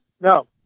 No